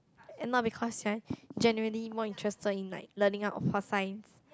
and not because you're generally more interested in like learning out of for science